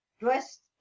dressed